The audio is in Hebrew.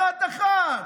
אחת-אחת,